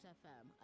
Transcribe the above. fm